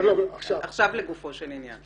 עכשיו לגופו של עניין.